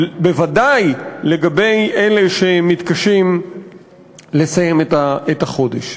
בוודאי לגבי אלה שמתקשים לסיים את החודש.